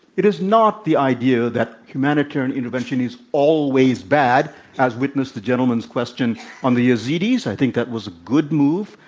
it is not the idea that humanitarian intervention is always bad as witness the gentleman's question on the yazidis. i think that was a good move.